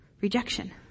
rejection